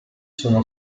sono